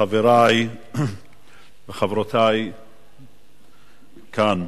חברי וחברותי כאן,